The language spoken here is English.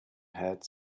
hat